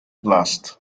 blast